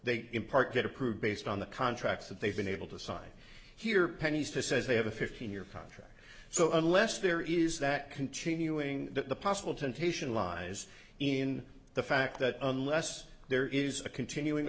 they impart get approved based on the contracts that they've been able to sign here pennies to says they have a fifteen year contract so unless there is that continuing the possible temptation lies in the fact that unless there is a continuing